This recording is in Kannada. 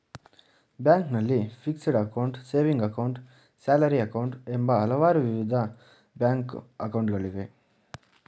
ಬ್ಯಾಂಕ್ನಲ್ಲಿ fixed account, saving account, salary account, ಎಂಬ ಹಲವಾರು ವಿಧದ ಬ್ಯಾಂಕ್ ಅಕೌಂಟ್ ಗಳಿವೆ